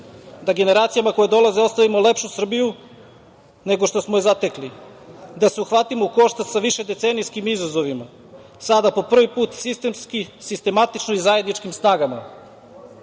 da generacijama koje dolaze ostavimo lepšu Srbiju nego što smo je zatekli, da se uhvatimo u koštac sa višedecenijskim izazovima, sada po prvi put sistemski, sistematično i zajedničkim